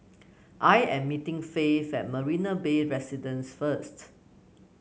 I am meeting Faith at Marina Bay Residences first